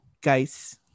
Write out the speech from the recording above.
guys